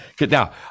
Now